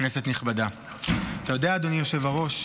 כנסת נכבדה, אתה יודע, אדוני היושב-ראש,